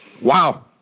wow